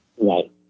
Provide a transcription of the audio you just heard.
Right